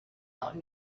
out